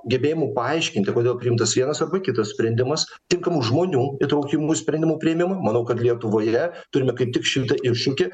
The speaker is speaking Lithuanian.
gebėjimu paaiškinti kodėl priimtas vienas arba kitas sprendimas tinkamų žmonių įtraukimu į sprendimų priėmimą manau kad lietuvoje turime kaip tik šitą iššūkį